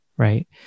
right